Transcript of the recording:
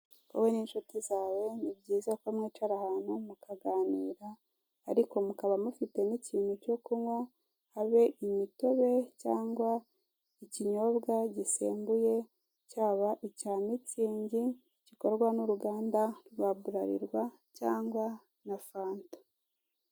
Wowe n'incuti zawe ni byiza ko mwicara ahantu mukaganira, ariko mukaba mufite n'ikintu cyo kunywa, ari we imitobe cyangwa ikinyobwa gisembuye, cyaba icya mitsingi gikorwa n'uruganda rwa burarirwa cyangwa na fata.